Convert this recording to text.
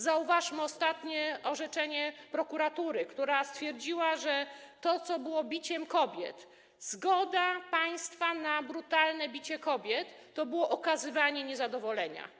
Zauważmy ostatnie orzeczenie prokuratury, która stwierdziła, że to, co było biciem kobiet, zgoda państwa na brutalne bicie kobiet, było okazywaniem niezadowolenia.